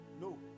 No